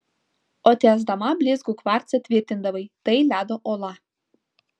o tiesdama blizgų kvarcą tvirtindavai tai ledo uola